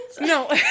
No